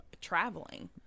traveling